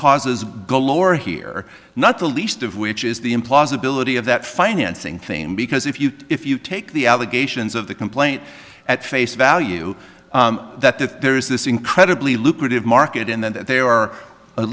causes galore here not the least of which is the implausibility of that financing thing because if you if you take the allegations of the complaint at face value that that there is this incredibly lucrative market and then they are at